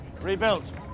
rebuilt